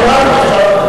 שניהם.